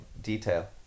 detail